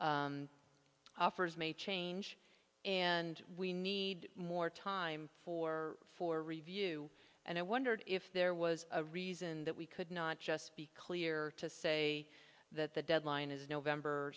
offers may change and we need more time for for review and i wondered if there was a reason that we could not just be clear to say that the deadline is november